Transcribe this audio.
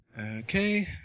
Okay